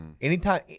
Anytime